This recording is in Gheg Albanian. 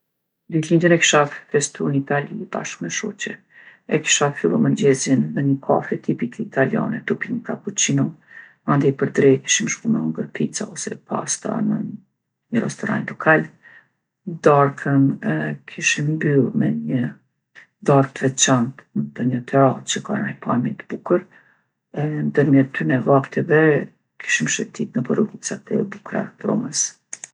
Ditlindjen e kisha festu n'Itali bashkë me shoqe. E kisha fillu mëngjezin me ni kafe tipike italiane tu pi ni kapuqino. Mandej për drekë ishim shku me hongër pica ose pasta në ni restoran lokal. Darkën e kishim mbyll me një darkë t'veçantë në nodnjë teracë që ka naj pamje t'bukur. E ndërmjet ktyne vakteve kishim shetitë nëpër rrugicat e bukra t'Romës.